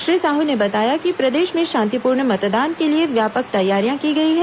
श्री साहू ने बताया कि प्रदेश में शांतिपूर्ण मतदान के लिए व्यापक तैयारियाँ की गई हैं